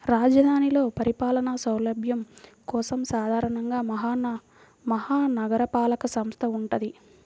రాజధానిలో పరిపాలనా సౌలభ్యం కోసం సాధారణంగా మహా నగరపాలక సంస్థ వుంటది